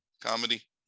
comedy